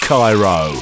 Cairo